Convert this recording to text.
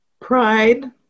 Pride